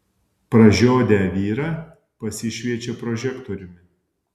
pražiodę vyrą pasišviečia prožektoriumi